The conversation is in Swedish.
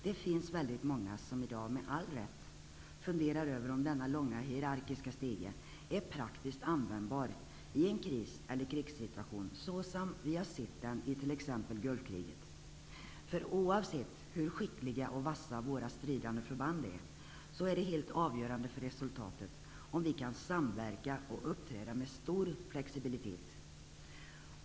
Det finns väldigt många som i dag med all rätt funderar över om denna långa hierarkiska stege är praktiskt användbar i en kriseller krigssituation, sådan vi har sett den i t.ex. Gulfkriget. Oavsett hur skickliga och vassa våra stridande förband är så är det helt avgörande för resultatet om vi kan samverka och uppträda med stor flexibilitet.